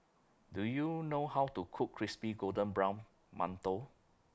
Do YOU know How to Cook Crispy Golden Brown mantou